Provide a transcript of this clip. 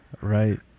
Right